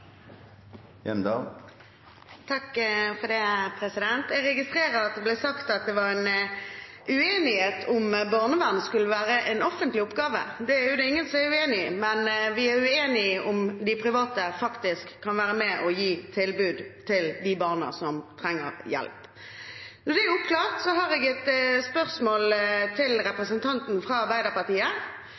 det ingen som er uenig i, men vi er uenige i om de private faktisk kan være med og gi tilbud til barna som trenger hjelp. Når det er oppklart, har jeg et spørsmål til representanten fra Arbeiderpartiet.